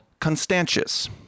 Constantius